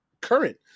current